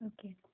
Okay